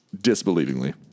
disbelievingly